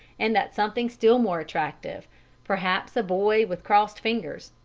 and that something still more attractive perhaps a boy with crossed fingers,